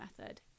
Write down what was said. method